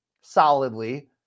solidly